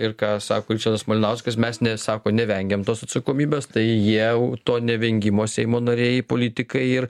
ir ką sako ričardas malinauskas mes ne sako nevengiam tos atsakomybės tai jie to nevengimo seimo nariai politikai ir